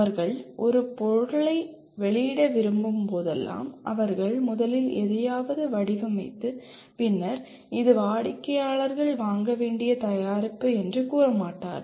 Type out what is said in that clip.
அவர்கள் ஒரு பொருளை வெளியிட விரும்பும் போதெல்லாம் அவர்கள் முதலில் எதையாவது வடிவமைத்து பின்னர் இது வாடிக்கையாளர்கள் வாங்க வேண்டிய தயாரிப்பு என்று கூற மாட்டார்கள்